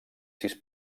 sis